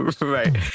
Right